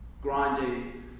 grinding